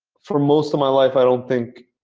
for most of my life, i don't think,